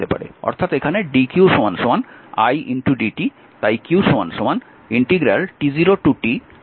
অর্থাৎ এখানে dq i dt তাই q